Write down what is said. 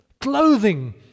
clothing